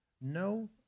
No